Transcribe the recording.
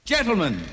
Gentlemen